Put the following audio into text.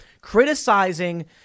criticizing